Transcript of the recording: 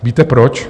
Víte proč?